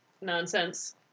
nonsense